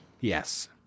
Yes